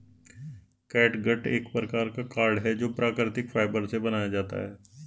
catgut एक प्रकार का कॉर्ड है जो प्राकृतिक फाइबर से बनाया जाता है